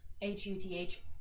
H-U-T-H